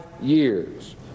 years